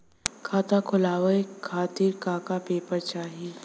खाता खोलवाव खातिर का का पेपर चाही?